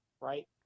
right